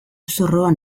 zorroan